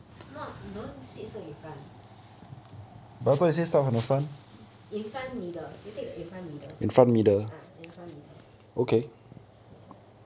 not don't sit so in front in front middle you take the in front middle ah in front middle ya